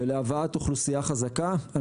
ולהבאת אוכלוסייה חזקה.